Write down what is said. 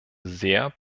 sehr